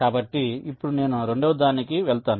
కాబట్టి ఇప్పుడు నేను రెండవదానికి వెళ్తాను